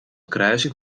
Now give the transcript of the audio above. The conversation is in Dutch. kruising